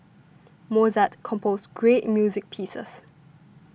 Mozart composed great music pieces